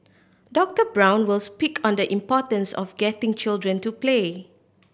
Doctor Brown will speak on the importance of getting children to play